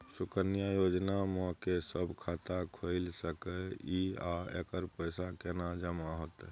सुकन्या योजना म के सब खाता खोइल सके इ आ एकर पैसा केना जमा होतै?